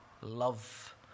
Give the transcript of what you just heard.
love